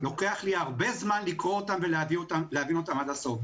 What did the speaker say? לוקח לי הרבה זמן לקרוא אותם ולהביא אותם עד הסוף.